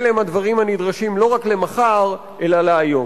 אלה הם הדברים הנדרשים לא רק למחר, אלא להיום.